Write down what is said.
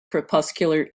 crepuscular